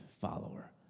follower